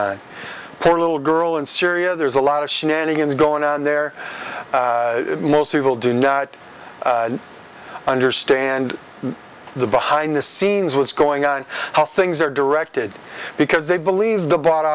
their little girl in syria there's a lot of shenanigans going on there most people do not understand the behind the scenes what's going on how things are directed because they believe the b